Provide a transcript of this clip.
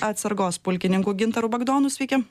atsargos pulkininku gintaru bagdonu sveiki